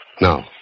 Now